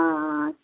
आं